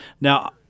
Now